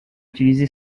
utilisé